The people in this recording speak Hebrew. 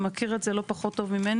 מכיר את זה לא פחות טוב ממני,